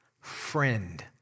friend